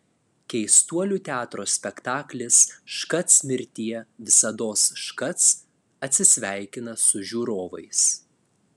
keistuolių teatro spektaklis škac mirtie visados škac atsisveikina su žiūrovais